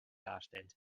darstellt